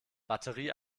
batterie